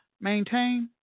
maintain